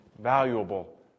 valuable